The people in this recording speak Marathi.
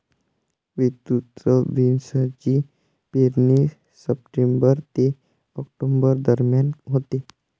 विस्तृत बीन्सची पेरणी सप्टेंबर ते ऑक्टोबर दरम्यान होते